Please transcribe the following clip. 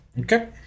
Okay